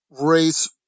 race